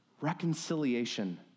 reconciliation